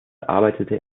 arbeitete